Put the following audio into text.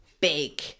big